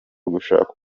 ugushaka